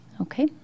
Okay